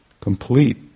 complete